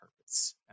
purpose